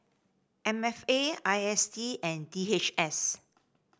M F A I S D and D H S